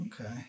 Okay